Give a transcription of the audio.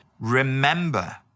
Remember